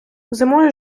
зимою